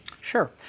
Sure